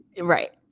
Right